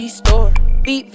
store